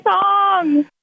song